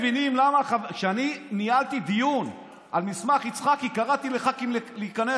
כשאני ניהלתי דיון על מסמך יצחקי קראתי לח"כים להיכנס,